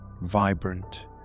vibrant